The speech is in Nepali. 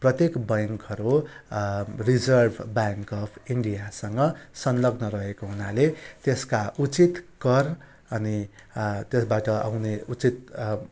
प्रत्येक ब्याङ्कहरू रिजर्भ ब्याङ्क अफ् इन्डियासँग संलग्न रहेको हुनाले त्यसका उचित कर अनि त्यसबाट आउने उचित